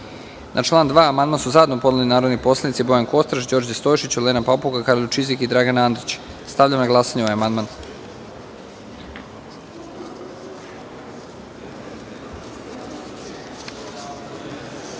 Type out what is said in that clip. član 2. amandman su zajedno podneli narodni poslanici Bojan Kostreš, Đorđe Stojšić, Olena Papuga, Karolj Čizik i Dragan Andrić. Stavljam na glasanje ovaj amandman. Molim